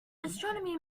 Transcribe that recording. astronomy